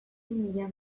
mila